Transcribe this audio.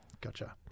Gotcha